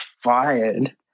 Fired